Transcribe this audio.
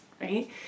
Right